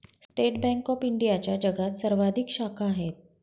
state Bank of इंडियाच्या जगात सर्वाधिक शाखा आहेत